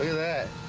that